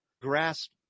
grasp